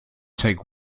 take